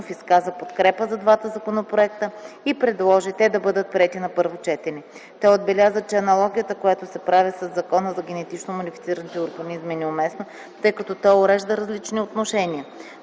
изказа подкрепа за двата законопроекта и предложи те да бъдат приети на първо четене. Той отбеляза, че аналогията, която се прави със Закона за генетично модифицираните организми, е неуместно, тъй като той урежда различни отношения.